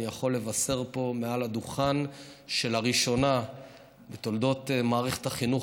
אני יכול לבשר פה מעל הדוכן שלראשונה בתולדות מערכת החינוך